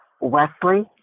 Wesley